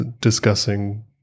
discussing